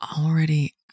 already